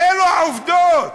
אלו העובדות.